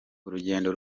urugendo